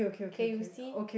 okay you see